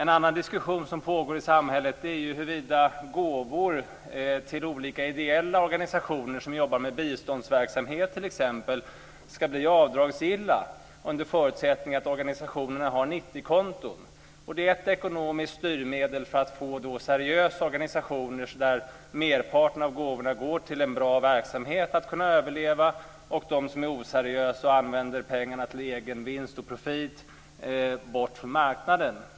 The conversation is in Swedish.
En annan diskussion som pågår i samhället är ju huruvida gåvor till ideella organisationer som arbetar med t.ex. biståndsverksamhet ska bli avdragsgilla under förutsättning att organisationerna har 90 konton. Det är ett ekonomiskt styrmedel för att få seriösa organisationer, där merparten av gåvorna går till en bra verksamhet, att överleva, och få bort dem som är oseriösa och använder gåvorna till egen vinst och profit från marknaden.